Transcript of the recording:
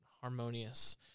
harmonious